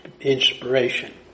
inspiration